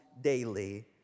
daily